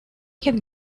had